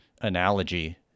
analogy